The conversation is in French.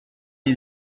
des